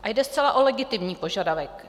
A jde zcela o legitimní požadavek.